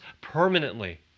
permanently